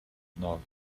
nove